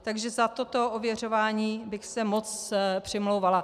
Takže za toto ověřování bych se moc přimlouvala.